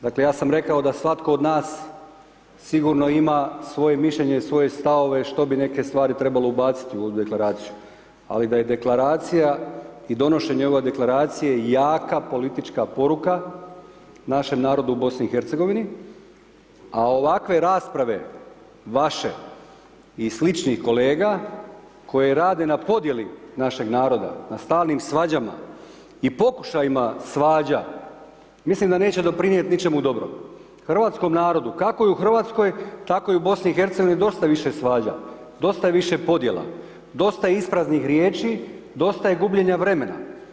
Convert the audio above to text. Dakle, ja sam rekao da svatko od nas sigurno ima svoje mišljenje, svoje stavove, što bi neke stvari trebalo ubaciti u ovu Deklaraciju, ali da je Deklaracija i donošenje ove Deklaracije jaka politička poruka našem narodu u BiH, a ovakve rasprave vaše i sličnih kolega koje rade na podjeli našeg naroda na stalnim svađama i pokušajima svađa, mislim da neće doprinijeti ničemu dobrom hrvatskom narodu, kako i u RH, tako i u BiH, dosta više svađa, dosta je više podjela, dosta je ispraznih riječi, dosta je gubljenja vremena.